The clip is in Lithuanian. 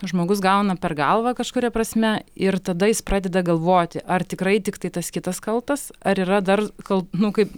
žmogus gauna per galvą kažkuria prasme ir tada jis pradeda galvoti ar tikrai tiktai tas kitas kaltas ar yra dar kal nu kaip